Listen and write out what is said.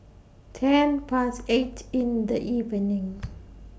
ten Past eight in The evening